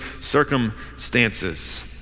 circumstances